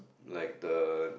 like the